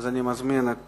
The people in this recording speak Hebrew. אני מזמין את